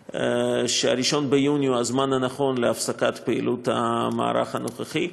ש-1 ביוני הוא הזמן הנכון להפסקת פעילות המערך הנוכחי.